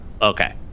Okay